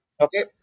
okay